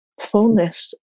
fullness